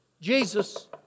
Jesus